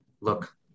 look